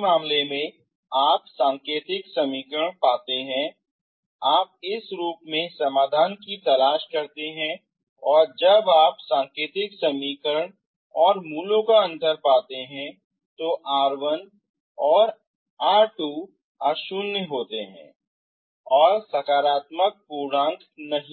मामले में आप इंडिकेल समीकरण पाते हैं आप इस रूप में समाधान की तलाश करते हैं और जब आप इंडिकियल समीकरण और मूलों का अंतर पाते हैं तो r1r2 अ शून्य है और सकारात्मक पूर्णांक नहीं है